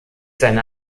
seine